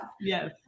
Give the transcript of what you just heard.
Yes